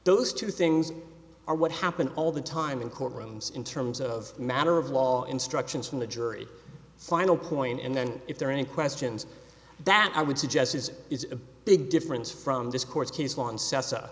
those two things are what happened all the time in courtrooms in terms of matter of law instructions from the jury final point and then if there are any questions that i would suggest is a big difference from this court case on